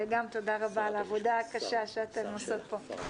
אז גם תודה רבה על העבודה הקשה שאתן עושות פה.